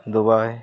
Dubai